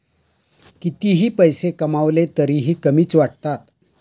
कितीही पैसे कमावले तरीही कमीच वाटतात